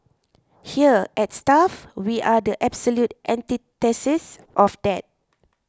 here at stuff we are the absolute antithesis of that